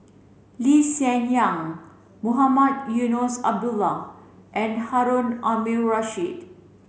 Lee Hsien Yang Mohamed Eunos Abdullah and Harun Aminurrashid